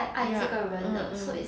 ya mm mm